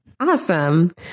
Awesome